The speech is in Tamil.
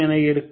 என இருக்கும்